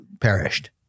perished